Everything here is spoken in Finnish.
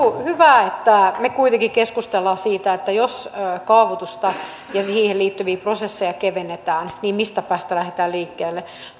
hyvä että me kuitenkin keskustelemme siitä että jos kaavoitusta ja siihen liittyviä prosesseja kevennetään niin mistä päästä lähdetään liikkeelle